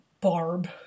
Barb